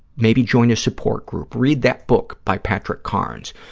maybe join a support group. read that book by patrick carnes.